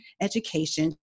education